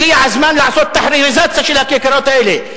הגיע הזמן לעשות "תחריריזציה" של הכיכרות האלה.